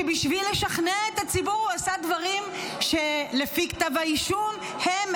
שבשביל לשכנע את הציבור הוא עשה דברים שלפי כתב האישום הם,